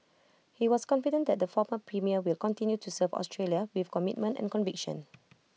he was confident that the former premier will continue to serve Australia with commitment and conviction